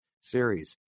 series